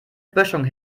böschung